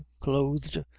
clothed